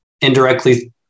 indirectly